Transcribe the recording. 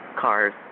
cars